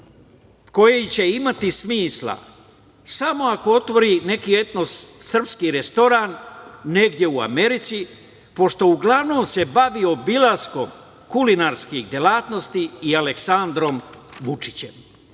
koji će imati smisla samo ako otvori neki etno srpski restoran negde u Americi, pošto uglavnom se bavio obilaskom kulinarskih delatnosti i Aleksandrom Vučićem“,